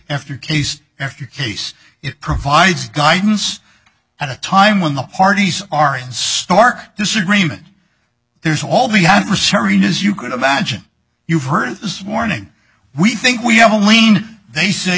after case after case it provides guidance at a time when the parties are in stark disagreement there's all the adversary news you could imagine you've heard this morning we think we have a lean they say